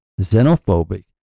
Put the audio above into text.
xenophobic